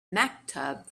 maktub